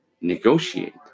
negotiate